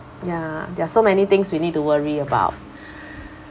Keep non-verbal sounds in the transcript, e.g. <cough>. ya there are so many things we need to worry about <breath>